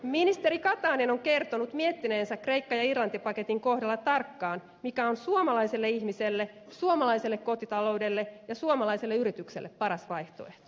ministeri katainen on kertonut miettineensä kreikka ja irlanti pakettien kohdalla tarkkaan mikä on suomalaiselle ihmiselle suomalaiselle kotitaloudelle ja suomalaiselle yritykselle paras vaihtoehto